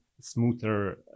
smoother